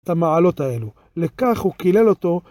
את המעלות האלו, לכך הוא קילל אותו.